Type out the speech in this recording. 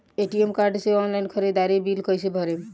ATM card से online ख़रीदारी के बिल कईसे भरेम?